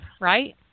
right